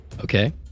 Okay